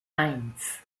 eins